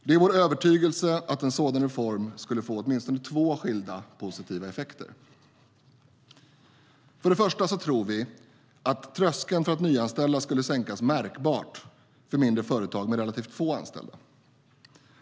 Det är vår övertygelse att en sådan reform skulle få åtminstone två skilda positiva effekter. För det första tror vi att tröskeln för att nyanställa skulle sänkas märkbart för mindre företag med relativt få anställda.